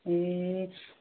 ए